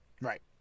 Right